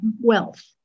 wealth